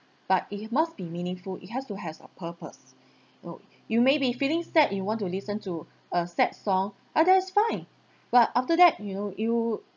but it must be meaningful it have to has a purpose or you may be feeling sad you want to listen to a sad song ah that's fine but after that you know your life